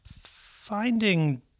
finding